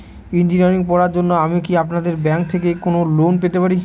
Engineering পড়ার জন্য আমি কি আপনাদের ব্যাঙ্ক থেকে কোন লোন পেতে পারি?